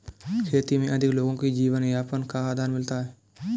खेती में अधिक लोगों को जीवनयापन का आधार मिलता है